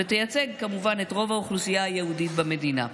ותייצג כמובן את רוב האוכלוסייה היהודית במדינה.